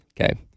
Okay